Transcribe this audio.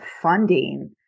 funding